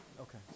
Okay